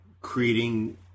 creating